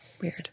Weird